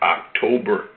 October